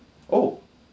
oh